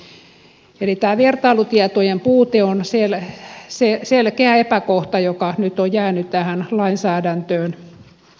eli tämä vertailutietojen puute on selkeä epäkohta joka nyt on jäänyt tähän lainsäädäntöön